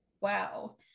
Wow